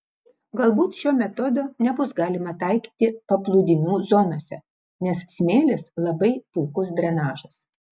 galbūt šio metodo nebus galima taikyti paplūdimių zonose nes smėlis labai puikus drenažas